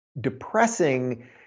depressing